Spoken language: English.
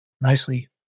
nicely